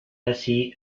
así